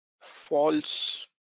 false